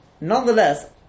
Nonetheless